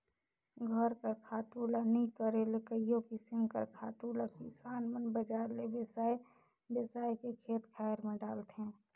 घर कर खातू ल नी करे ले कइयो किसिम कर खातु ल किसान मन बजार ले बेसाए बेसाए के खेत खाएर में डालथें